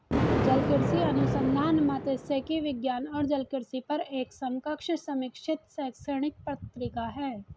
जलकृषि अनुसंधान मात्स्यिकी विज्ञान और जलकृषि पर एक समकक्ष समीक्षित शैक्षणिक पत्रिका है